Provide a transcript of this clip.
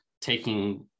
taking